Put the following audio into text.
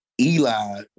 Eli